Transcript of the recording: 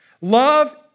Love